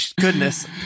Goodness